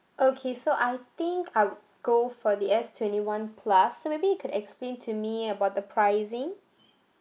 okay so I think I'd go for the S twenty one plus so maybe you could explain to me about the pricing